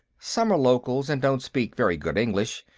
some are locals and don't speak very good english.